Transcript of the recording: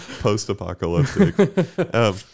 post-apocalyptic